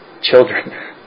children